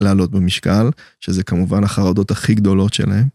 לעלות במשקל, שזה כמובן החרדות הכי גדולות שלהם.